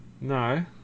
No